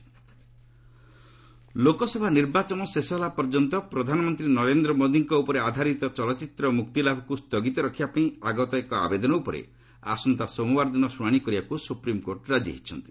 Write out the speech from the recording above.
SC PM biopic Lok Sabha ନିର୍ବାଚନ ଶେଷ ହେଲା ପର୍ଯ୍ୟନ୍ତ ପ୍ରଧାନମନ୍ତ୍ରୀ ନରେନ୍ଦ୍ର ମୋଦିଙ୍କ ଉପରେ ଆଧାରିତ ଚଳଚ୍ଚିତ୍ରର ମୁକ୍ତିଲାଭକୁ ସ୍ଥଗିତ ରଖିବା ପାଇଁ ଆଗତ ଏକ ଆବେଦନ ଉପରେ ଆସନ୍ତା ସୋମବାର ଦିନ ଶୁଣାଣି କରିବାକୁ ସୁପ୍ରିମ୍କୋର୍ଟ ରାଜି ହୋଇଛନ୍ତି